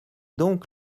donc